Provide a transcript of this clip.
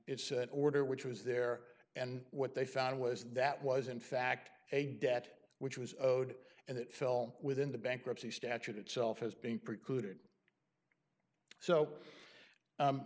it's an order which was there and what they found was that was in fact a debt which was owed and it fell within the bankruptcy statute itself has been precluded